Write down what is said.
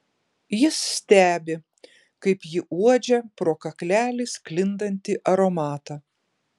jis stebi kaip ji uodžia pro kaklelį sklindantį aromatą